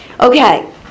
Okay